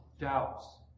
doubts